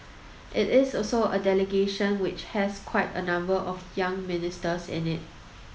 it is also a delegation which has quite a number of younger ministers in it